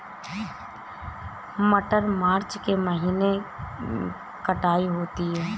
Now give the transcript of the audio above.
मटर मार्च के महीने कटाई होती है?